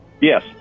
yes